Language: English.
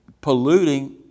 polluting